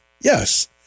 Yes